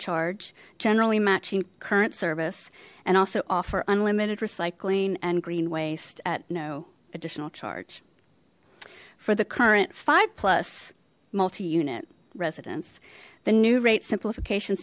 charge generally matching current service and also offer unlimited recycling and green waste at no additional charge for the current five plus multi unit residence the new rate simplification